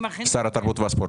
שר התרבות והספורט.